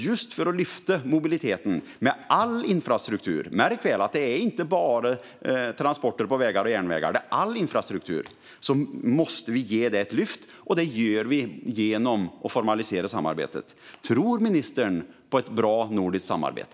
Just för att förbättra mobiliteten med all infrastruktur - märk väl, det är inte bara transporter på vägar och järnvägar; det är all infrastruktur - måste vi ge den ett lyft. Det gör vi genom att formalisera samarbetet. Tror ministern på ett bra nordiskt samarbete?